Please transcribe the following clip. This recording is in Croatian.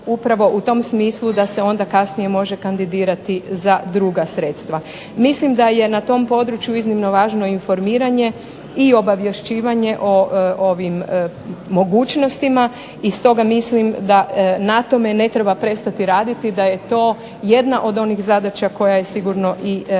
upravo u tom smislu da se onda kasnije može kandidirati za druga sredstva. Mislim da je na tom području iznimno važno informiranje i obavješćivanje o ovim mogućnostima, i stoga mislim da na tome ne treba prestati raditi, da je to jedna od onih zadaća koja je sigurno i naša